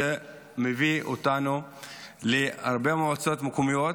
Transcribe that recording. זה מביא אותנו להרבה מועצות מקומיות